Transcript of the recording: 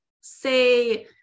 say